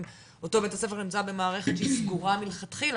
אותו בית הספר נמצא במערכת שהיא סגורה מלכתחילה,